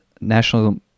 national